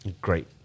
great